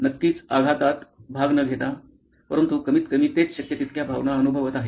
नक्कीच आघातात भाग न घेता परंतु कमीतकमी तेच शक्य तितक्या भावना अनुभवत आहेत